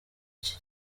iki